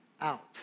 out